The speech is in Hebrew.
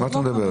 על מה את מדברת?